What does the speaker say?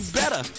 better